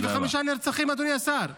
85 נרצחים, אדוני השר.